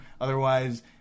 otherwise